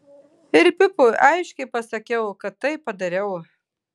ir pipui aiškiai pasakiau kad taip padariau